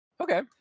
okay